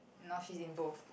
now she's in both